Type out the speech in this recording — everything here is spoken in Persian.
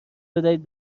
بدهید